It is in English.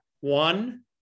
One